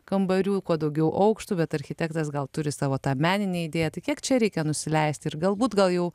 kambarių kuo daugiau aukštų bet architektas gal turi savo tą meninę įdėją kiek čia reikia nusileisti ir galbūt gal jau